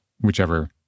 whichever